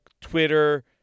Twitter